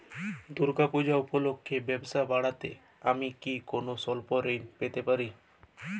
দূর্গা পূজা উপলক্ষে ব্যবসা বাড়াতে আমি কি কোনো স্বল্প ঋণ পেতে পারি?